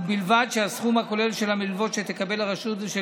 ובלבד שהסכום הכולל של המלוות שתקבל הרשות ושל